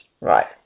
Right